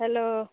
hello